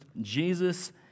Jesus